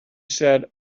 said